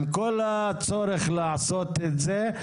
עם כל הצורך לעשות את זה,